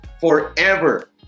forever